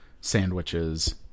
Sandwiches